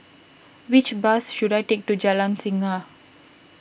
which bus should I take to Jalan Singa